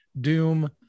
Doom